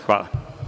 Hvala.